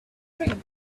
dream